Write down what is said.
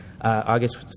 August